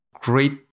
great